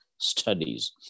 studies